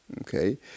Okay